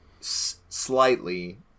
slightly